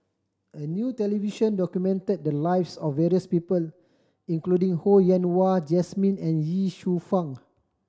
a new television documented the lives of various people including Ho Yen Wah Jesmine and Ye Shufang